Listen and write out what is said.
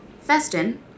Festin